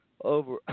over